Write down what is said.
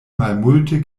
malmulte